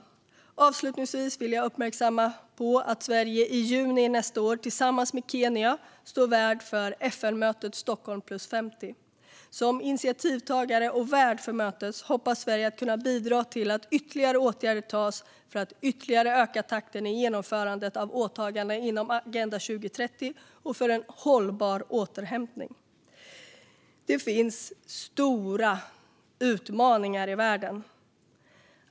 Jag vill uppmärksamma att Sverige i juni nästa år tillsammans med Kenya står värd för FN-mötet Stockholm + 50. Som initiativtagare och värd för mötet hoppas Sverige kunna bidra till att ytterligare åtgärder vidtas för att öka takten i genomförandet av åtaganden inom Agenda 2030 och för en hållbar återhämtning. Det finns stora utmaningar i världen.